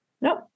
Nope